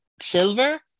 silver